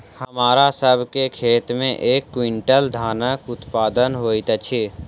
हमरा सभ के खेत में एक क्वीन्टल धानक उत्पादन होइत अछि